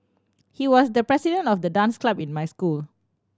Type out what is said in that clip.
he was the president of the dance club in my school